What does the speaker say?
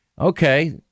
Okay